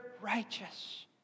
righteous